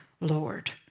Lord